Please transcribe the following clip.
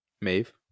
Maeve